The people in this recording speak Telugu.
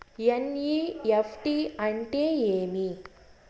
ఎన్.ఇ.ఎఫ్.టి అంటే ఏమి